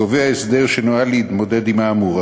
קובע הסדר שנועד להתמודד עם האמור,